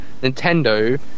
Nintendo